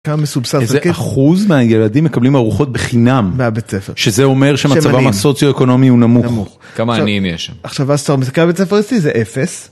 כמה מסובסד. איזה אחוז מהילדים מקבלים ארוחות בחינם. מהבית ספר. שזה אומר שמצב הסוציו-אקונומי הוא נמוך. כמה עניים יש שם.עכשיו המצב הסוציואקונומי אצלי זה 0,